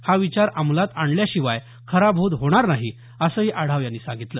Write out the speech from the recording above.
हा विचार अंमलात आणल्याशिवाय खरा बोध होणार नाही असंही आढाव यांनी सांगितलं